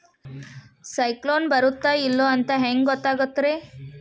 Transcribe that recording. ಸೈಕ್ಲೋನ ಬರುತ್ತ ಇಲ್ಲೋ ಅಂತ ಹೆಂಗ್ ಗೊತ್ತಾಗುತ್ತ ರೇ?